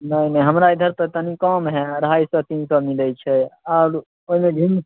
नहि नहि हमरा इधर तऽ तनि कम हय अढ़ाइ सए तीन सए मिलै छै आओर ओइमे झि